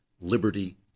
liberty